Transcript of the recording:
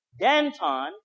Danton